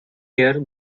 year